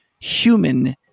human